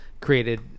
created